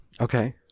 okay